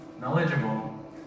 knowledgeable